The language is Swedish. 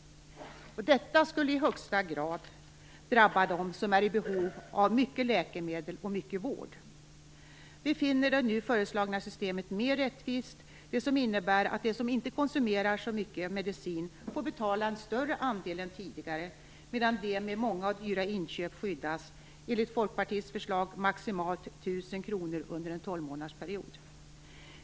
Detta skulle i högsta grad drabba dem som är i behov av mycket läkemedel och mycket vård. Vi finner det nu föreslagna systemet mer rättvist. Det innebär att de som inte konsumerar så mycket medicin får betala en större andel än tidigare, medan de med många och dyra inköp skyddas, enligt Folkpartiets förslag maximalt 1 000 kr under en 12-månadersperiod.